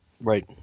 Right